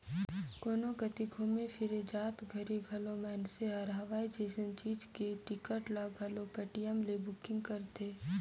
कोनो कति घुमे फिरे जात घरी घलो मइनसे हर हवाई जइसन चीच के टिकट ल घलो पटीएम ले बुकिग करथे